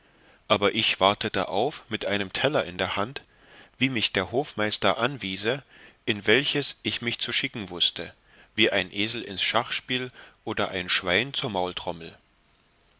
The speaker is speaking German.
aber wartete auf mit einem teller in der hand wie mich der hofmeister anwiese in welches ich mich zu schicken wußte wie ein esel ins schachspiel und ein schwein zur